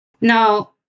Now